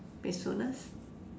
peacefulness